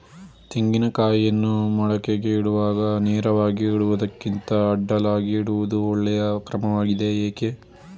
ತೆಂಗಿನ ಕಾಯಿಯನ್ನು ಮೊಳಕೆಗೆ ಇಡುವಾಗ ನೇರವಾಗಿ ಇಡುವುದಕ್ಕಿಂತ ಅಡ್ಡಲಾಗಿ ಇಡುವುದು ಒಳ್ಳೆಯ ಕ್ರಮವಾಗಿದೆ ಏಕೆ?